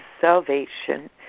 salvation